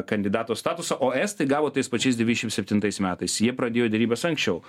kandidato statusą o estai gavo tais pačiais devyniasdešim septintais metais jie pradėjo derybas anksčiau